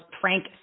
Frank